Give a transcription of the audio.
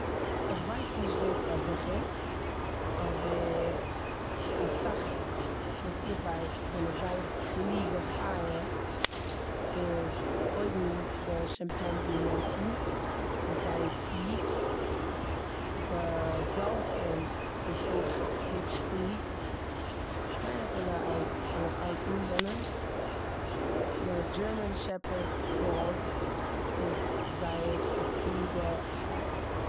כ'ווייס נישט דאס פאר זיכער אבער אסאך וואס איך ווייס וואס זענען זייער קלוגע חיות איז קודם די טשימפאנזי מאנקי איז זייער קלוג, די דאלפין איז אויך היפש קלוג, כ'מיין אפילו אז עלעפאנטן זענען, די דשערמאן שעפהערד דאג איז זייער א קלוגע חיה.